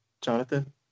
Jonathan